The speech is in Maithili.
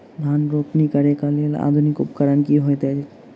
धान रोपनी करै कऽ लेल आधुनिक उपकरण की होइ छथि?